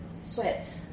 sweat